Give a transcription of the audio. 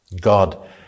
God